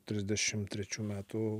trisdešim trečių metų